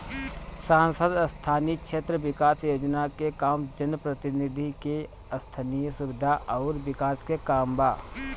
सांसद स्थानीय क्षेत्र विकास योजना के काम जनप्रतिनिधि के स्थनीय सुविधा अउर विकास के काम बा